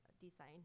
design